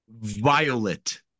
violet